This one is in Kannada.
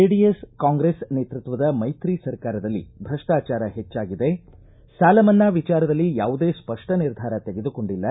ಜೆಡಿಎಸ್ ಕಾಂಗ್ರೆಸ್ ನೇತೃತ್ವದ ಮೈತ್ರಿ ಸರ್ಕಾರದಲ್ಲಿ ಭ್ರಷ್ಟಾಚಾರ ಹೆಚ್ಚಾಗಿದೆ ಸಾಲ ಮನ್ನಾ ವಿಚಾರದಲ್ಲಿ ಯಾವುದೇ ಸ್ಪಷ್ಟ ನಿರ್ಧಾರ ತೆಗೆದುಕೊಂಡಿಲ್ಲ